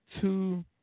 two